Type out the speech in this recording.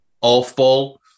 off-ball